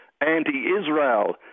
anti-Israel